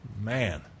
Man